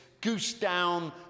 goose-down